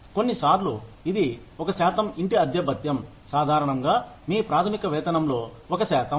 కొన్నిసార్లు ఇది ఒక శాతం ఇంటి అద్దె భత్యం సాధారణంగా మీ ప్రాథమిక వేతనంలో ఒక శాతం